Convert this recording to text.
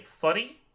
funny